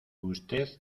usted